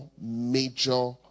major